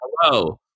hello